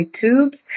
tubes